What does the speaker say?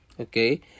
okay